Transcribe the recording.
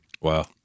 wow